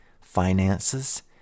finances